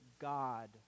God